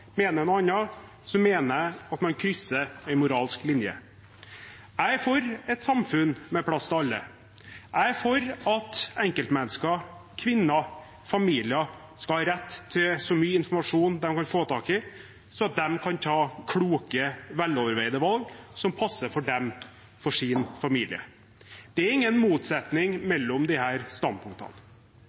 mener noe annet, mener jeg at man krysser en moralsk linje. Jeg er for et samfunn med plass til alle. Jeg er for at enkeltmennesker, kvinner, familier skal ha rett til så mye informasjon de kan få tak i, sånn at de kan ta kloke, veloverveide valg som passer for dem, for sin familie. Det er ingen motsetning mellom disse standpunktene.